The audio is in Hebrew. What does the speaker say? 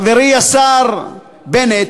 חברי השר בנט,